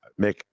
Mick